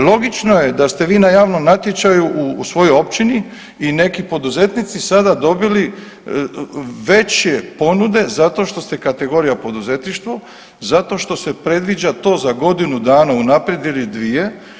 Logično je da ste vi na javnom natječaju u svojoj općini i neki poduzetnici sada dobili veće ponude zato što ste kategorija poduzetništvo, zato što se predviđa to za godinu dana unaprijed ili dvije.